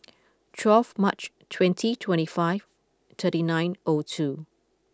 twelve March twenty twenty five thirty nine O two